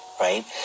right